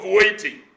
waiting